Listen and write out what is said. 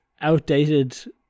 outdated